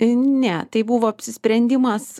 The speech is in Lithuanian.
ne tai buvo apsisprendimas